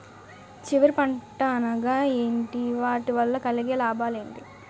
చివరి పంట అనగా ఏంటి వాటి వల్ల కలిగే లాభాలు ఏంటి